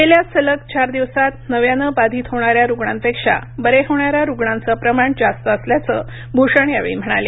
गेल्या सलग चार दिवसांत नव्यानं बाधित होणाऱ्या रुग्णांपेक्षा बरे होणाऱ्या रुग्णांच प्रमाण जास्त असल्याचं भूषण यावेळी म्हणाले